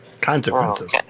consequences